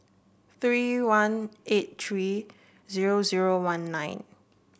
three one eight three zero zero one nine